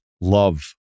love